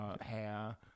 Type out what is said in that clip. hair